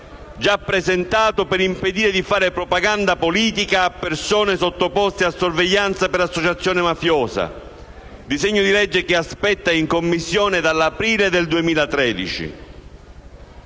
già presentato, per impedire di fare propaganda politica a persone sottoposte a sorveglianza per associazione mafiosa, disegno di legge che aspetta in Commissione dall'aprile 2016.